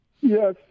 Yes